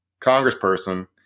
congressperson